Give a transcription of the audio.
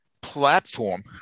platform